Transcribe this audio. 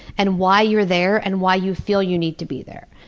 and why you are there and why you feel you need to be there.